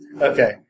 Okay